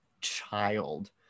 child